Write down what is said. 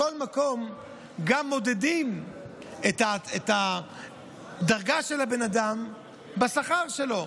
בכל מקום גם מודדים את הדרגה של הבן אדם בשכר שלו.